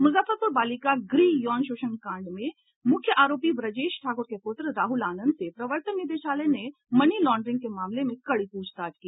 मुजफ्फरपुर बालिका गृह यौन शोषण कांड में मुख्य आरोपी ब्रजेश ठाकुर के पुत्र राहुल आनंद से प्रवर्तन निदेशालय ने मनी लॉड्रिंग के मामले में कड़ी पूछताछ की